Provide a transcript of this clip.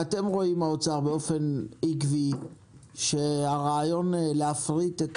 אתם רואים באוצר באופן עקבי שהרעיון להפריט את